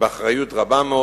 באחריות רבה מאוד,